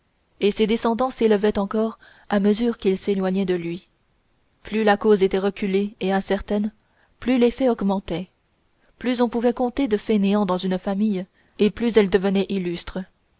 et ses descendants s'élevaient encore à mesure qu'ils s'éloignaient de lui plus la cause était reculée et incertaine plus l'effet augmentait plus on pouvait compter de fainéants dans une famille et plus elle devenait illustre